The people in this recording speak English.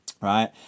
Right